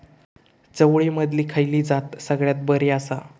चवळीमधली खयली जात सगळ्यात बरी आसा?